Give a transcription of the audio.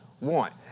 want